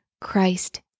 Christ